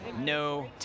no